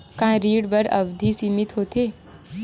का ऋण बर अवधि सीमित होथे?